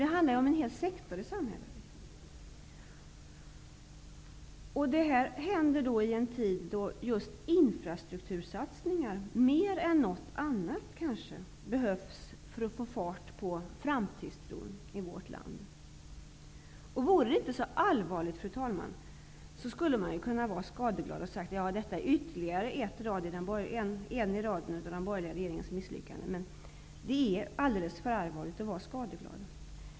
Det handlar om en hel sektor i samhället. Det här händer i en tid då infrastruktursatsningar mer än något annat behövs för att få fart på framtidstron i vårt land. Vore det inte så allvarligt, fru talman, skulle man kunna vara skadeglad och säga att detta är ytterligare ett i raden av den borgerliga regeringens misslyckanden. Men det här är för allvarligt för att man skall kunna vara skadeglad.